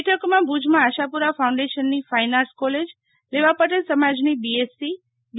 બેઠકમાં ભુજમાં આશાપુરા ફાઉન્ડેશનની ફાઈન આર્ટસ કોલેજલેવા પટેલ સમાજની બીએસસી બી